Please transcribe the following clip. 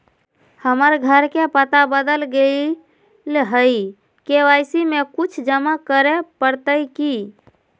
हमर घर के पता बदल गेलई हई, के.वाई.सी में कुछ जमा करे पड़तई की?